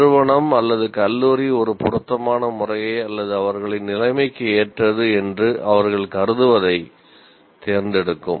நிறுவனம் அல்லது கல்லூரி ஒரு பொருத்தமான முறையை அல்லது அவர்களின் நிலைமைக்கு ஏற்றது என்று அவர்கள் கருதுவதை தேர்ந்தெடுக்கும்